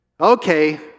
okay